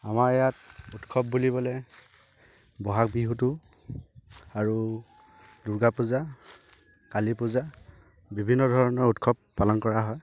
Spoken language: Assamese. আমাৰ ইয়াত উৎসৱ বুলিবলে বহাগ বিহুটো আৰু দুৰ্গা পূজা কালি পূজা বিভিন্ন ধৰণৰ উৎসৱ পালন কৰা হয়